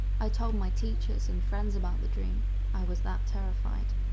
i told my teachers and friends about the dream i was that terrified.